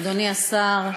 אדוני השר,